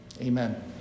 Amen